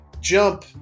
jump